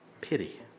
Pity